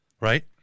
right